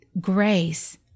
grace